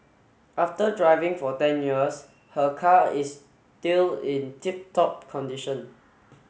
after driving for ten years her car is still in tip top condition